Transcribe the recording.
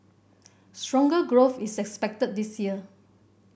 stronger growth is expected this year